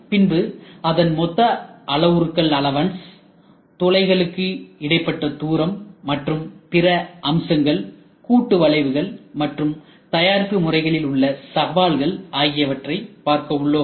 பின்பு அதன் மொத்த அளவுருக்கள் அலவன்ஸ் துளைகளுக்கு இடைப்பட்ட தூரம் மற்றும் பிற அம்சங்கள் கூட்டு வளைவுகள் மற்றும் தயாரிப்பு முறைகளில் உள்ள சவால்கள் ஆகியவற்றை பார்க்க உள்ளோம்